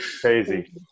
Crazy